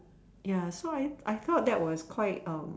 ya so I I thought that was quite